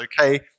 okay